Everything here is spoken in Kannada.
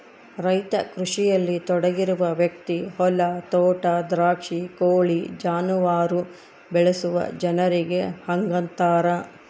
ರೈತ ಕೃಷಿಯಲ್ಲಿ ತೊಡಗಿರುವ ವ್ಯಕ್ತಿ ಹೊಲ ತೋಟ ದ್ರಾಕ್ಷಿ ಕೋಳಿ ಜಾನುವಾರು ಬೆಳೆಸುವ ಜನರಿಗೆ ಹಂಗಂತಾರ